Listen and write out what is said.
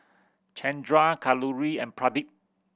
Chandra Kalluri and Pradip